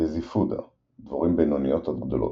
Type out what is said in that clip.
דזיפודה – דבורים בינוניות עד גדולות.